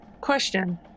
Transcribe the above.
Question